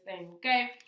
okay